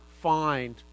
find